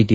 T